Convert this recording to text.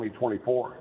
2024